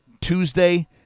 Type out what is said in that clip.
Tuesday